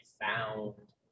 found